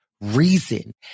reason